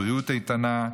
בבריאות איתנה,